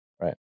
Right